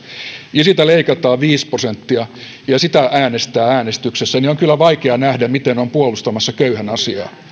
ja siitä leikataan viisi prosenttia ja sitä äänestää äänestyksessä niin on kyllä vaikea nähdä miten on puolustamassa köyhän asiaa